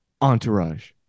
entourage